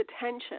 attention